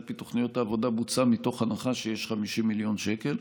פי תוכניות העבודה בוצע מתוך הנחה שיש 50 מיליון שקל.